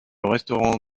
restaurant